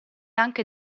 anche